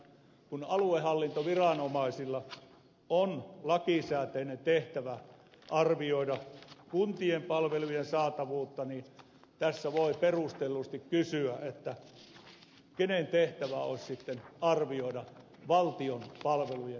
kun aluehallintoviranomaisilla on lakisääteinen tehtävä arvioida kuntien palvelujen saatavuutta niin tässä voi perustellusti kysyä kenen tehtävä olisi sitten arvioida valtion palvelujen saatavuutta